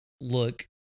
look